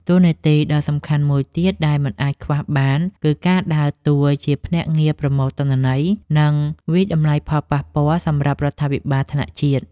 តួនាទីដ៏សំខាន់មួយទៀតដែលមិនអាចខ្វះបាន គឺការដើរតួជាភ្នាក់ងារប្រមូលទិន្នន័យ និងវាយតម្លៃផលប៉ះពាល់សម្រាប់រដ្ឋាភិបាលថ្នាក់ជាតិ។